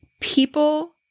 People